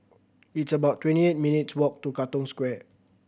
it's about twenty eight minutes' walk to Katong Square